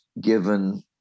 given